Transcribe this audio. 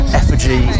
effigy